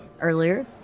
earlier